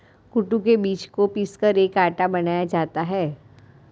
कूटू के बीज को पीसकर एक आटा बनाया जाता है